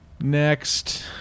Next